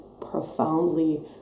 profoundly